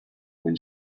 when